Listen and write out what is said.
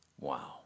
Wow